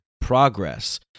progress